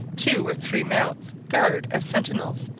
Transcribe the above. two or three mount guard as sentinels,